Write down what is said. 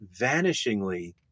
vanishingly